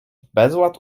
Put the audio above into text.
bezład